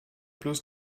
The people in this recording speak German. bloß